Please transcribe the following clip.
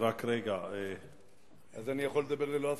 אז אני יכול לדבר ללא הפסקה.